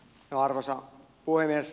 arvoisa puhemies